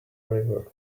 river